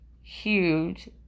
huge